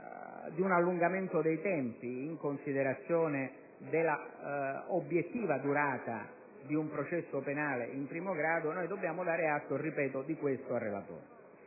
di un allungamento dei tempi in considerazione della obiettiva durata di un processo penale in primo grado, dobbiamo dare atto al relatore